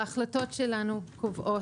ההחלטות שלנו קובעות,